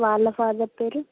వాళ్ళ ఫాదర్ పేరు